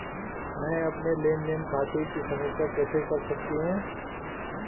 मैं अपने लेन देन खाते की समीक्षा कैसे कर सकती हूं?